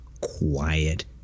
quiet